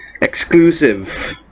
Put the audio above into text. exclusive